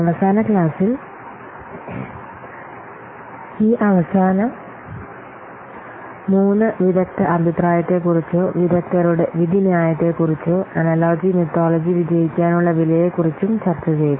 അവസാന ക്ലാസിൽ ഈ അവസാന മൂന്ന് വിദഗ്ദ്ധ അഭിപ്രായത്തെക്കുറിച്ചോ വിദഗ്ദ്ധരുടെ വിധിന്യായത്തെക്കുറിച്ചോ അനലോജി മിത്തോളജി വിജയിക്കാനുള്ള വിലയെക്കുറിച്ചും ചർച്ച ചെയ്തു